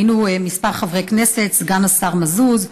היינו כמה חברי כנסת: סגן השר מזוז,